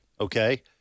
okay